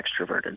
extroverted